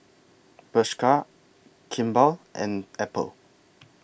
Bershka Kimball and Apple